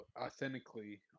authentically